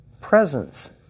Presence